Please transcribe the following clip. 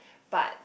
but